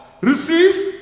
receives